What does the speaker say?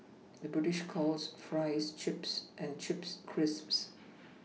the British calls Fries Chips and Chips Crisps